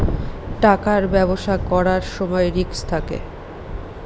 টাকার ব্যবসা করার সময় রিস্ক থাকে